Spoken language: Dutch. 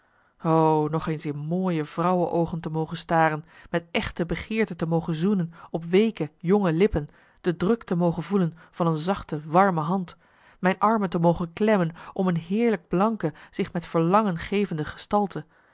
nog eens in mooie vrouwe oogen te mogen staren met echte begeerte te mogen zoenen op weeke jonge lippen de druk te mogen voelen van een zachte warme hand mijn armen te mogen klemmen om een heerlijk blanke zich met verlangen gevende gestalte